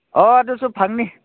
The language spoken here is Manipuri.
ꯑꯣ ꯑꯗꯨꯁꯨ ꯐꯪꯅꯤ